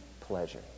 pleasure